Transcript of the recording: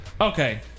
Okay